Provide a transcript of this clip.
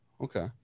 Okay